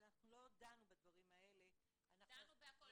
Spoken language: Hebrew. אנחנו לא דנו בדברים האלה --- דנו בהכול,